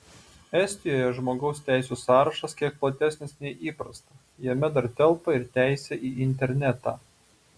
estijoje žmogaus teisių sąrašas kiek platesnis nei įprasta jame dar telpa ir teisė į internetą